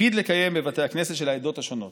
הקפיד לקיים בבתי הכנסת של העדות השונות.